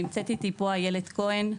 נמצאת איתי פה איילת כהן,